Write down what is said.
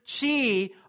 chi